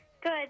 Good